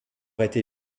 été